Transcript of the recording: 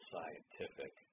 Scientific